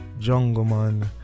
Jungleman